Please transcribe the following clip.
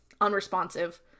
unresponsive